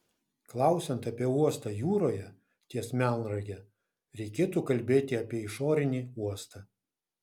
klausiant apie uostą jūroje ties melnrage reikėtų kalbėti apie išorinį uostą